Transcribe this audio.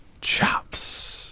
Chops